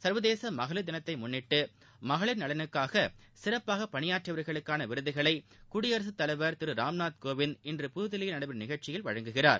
சர்வதேச மகளிர் தினத்தை முன்னிட்டு மகளிர் நலனுக்காக சிறப்பாக பணியாற்றியவர்களுக்கான விருதுகளை குடியரசுத் தலைவர் திரு ராம்நாத் கோவிந்த் இன்று புதில்லியில் நடைபெறும் ஒரு நிகழ்ச்சியில் வழங்குகிறார்